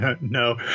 No